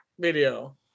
video